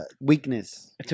weakness